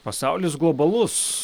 pasaulis globalus